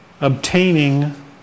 Obtaining